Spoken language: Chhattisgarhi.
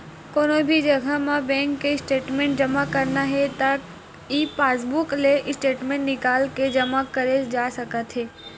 कोनो भी जघा म बेंक के स्टेटमेंट जमा करना हे त ई पासबूक ले स्टेटमेंट निकाल के जमा करे जा सकत हे